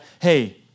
hey